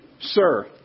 sir